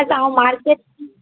तव्हां मार्केट